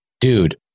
dude